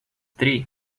три